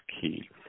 key